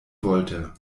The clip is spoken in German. wollte